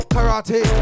Karate